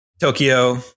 Tokyo